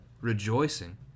rejoicing